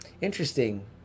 interesting